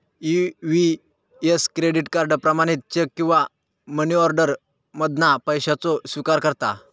EVS credit card, प्रमाणित cheque किंवा money order मधना पैशाचो स्विकार करता